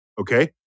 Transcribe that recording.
okay